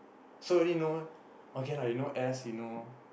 so only know okay lah you know Ash you know